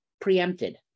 preempted